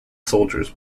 soldiers